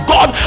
God